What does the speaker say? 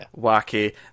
wacky